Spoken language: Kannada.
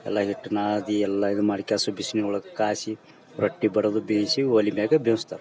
ಎಲ್ಲ ಹಿಟ್ಟು ನಾದಿ ಎಲ್ಲ ಮಾಡ್ಕಾಸಿ ಬಿಸಿನೀರೊಳಗೆ ಕಾಯಿಸಿ ರೊಟ್ಟಿ ಬಡದು ಬೇಯಿಸಿ ಒಲೆ ಮ್ಯಾಗ ಬೇಯಿಸ್ತಾರೆ